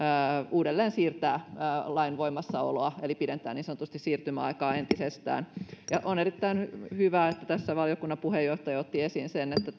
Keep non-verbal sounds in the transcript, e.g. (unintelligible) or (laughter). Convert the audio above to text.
uudelleen siirtää lain voimassaoloa eli niin sanotusti pidentää siirtymäaikaa entisestään on erittäin hyvä että tässä valiokunnan puheenjohtaja otti esiin sen että (unintelligible)